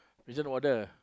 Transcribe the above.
prison warden